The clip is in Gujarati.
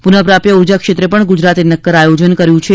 પુનઃપ્રાપ્ય ઊર્જા ક્ષેત્રે પણ ગુજરાતે નક્કર આયોજન કર્યું છે